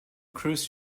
cruise